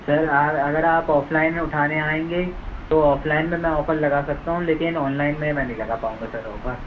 sir अगर आप offline उठाने आएंगे तो ऑफलाइन में मैं ऑफर लगा सकता हूँ लेकिन ऑनलाइन में मैं नहीं लगा पाऊँगा सर ऑफर